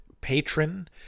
patron